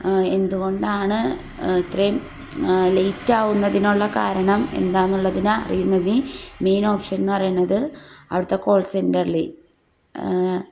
എന്തുകൊണ്ടാണ് ഇത്രയും ലേറ്റാവുന്നതിനുള്ള കാരണം എന്താ എന്നുള്ളതിനെ അറിയുന്നത് മെയിൻ ഓപ്ഷൻ എന്ന് പറയുന്നത് അവിടുത്തെ കോൾ സെൻ്ററിൽ